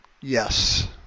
Yes